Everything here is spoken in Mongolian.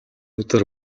өдөр